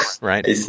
Right